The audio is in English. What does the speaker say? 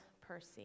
Percy